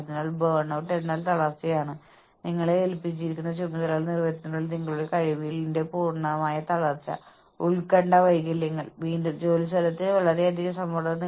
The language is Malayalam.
മറ്റുള്ളവരേക്കാൾ കൂടുതൽ സമയം ഓടാൻ കഴിയുന്ന ചില ആളുകളുണ്ട് വിവിധ കാരണങ്ങളാൽ അത് ചെയ്യാൻ കഴിയാത്ത ആളുകൾക്ക് അസ്വസ്ഥത അനുഭവപ്പെടുന്നു